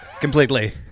completely